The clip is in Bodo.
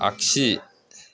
आगसि